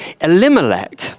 Elimelech